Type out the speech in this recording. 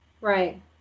right